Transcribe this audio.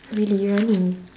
really running